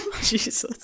Jesus